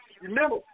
Remember